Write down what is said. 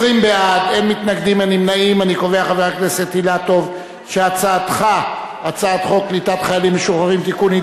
ההצעה להעביר את הצעת חוק קליטת חיילים משוחררים (תיקון,